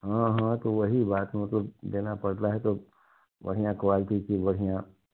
हाँ हाँ तो वही बात मतलब देना पड़ रहा है तब बढ़िया क्वालिटी की बढ़िया